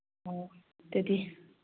ꯎꯝ ꯑꯗꯨꯗꯤ